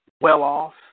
well-off